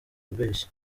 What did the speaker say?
kubeshya